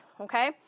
okay